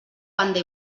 banda